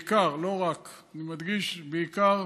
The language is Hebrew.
לא רק, אני מדגיש: בעיקר